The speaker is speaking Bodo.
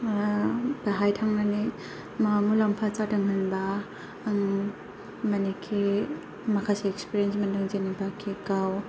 आ बाहाय थांनानै माबा मुलाम्फा जादों होनबा आं मानेकि माखासे एक्सपिरियेन्स मोनदों जेनेबाखि गाव